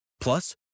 Plus